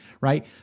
right